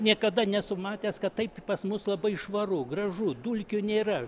niekada nesu matęs kad taip pas mus labai švaru gražu dulkių nėra